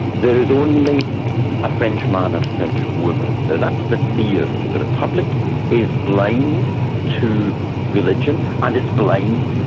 there is only a french man and a french woman. now that's the theory, the republic is blind to religion and it's blind,